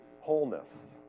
wholeness